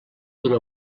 d’una